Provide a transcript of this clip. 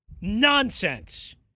Nonsense